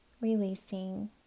releasing